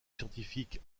scientifique